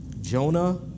Jonah